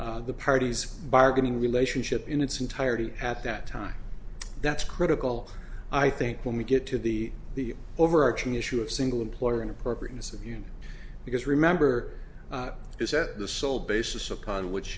the parties bargaining relationship in its entirety at that time that's critical i think when we get to the the overarching issue of single employer inappropriateness of union because remember to set the sole basis